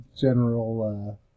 general